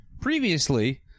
previously